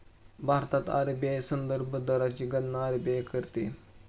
भारतात आर.बी.आय संदर्भ दरची गणना आर.बी.आय करते